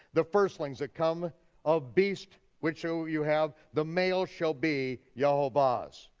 the firstlings that come of beast which you you have, the male shall be yehovah's.